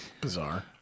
Bizarre